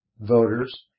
voters